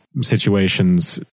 situations